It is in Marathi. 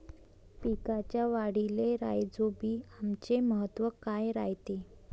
पिकाच्या वाढीले राईझोबीआमचे महत्व काय रायते?